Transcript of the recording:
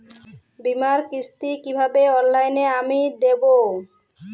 বীমার কিস্তি কিভাবে অনলাইনে আমি দেবো?